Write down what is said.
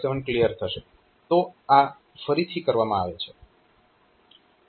7 clear થશે તો આ ફરીથી કરવામાં આવે છે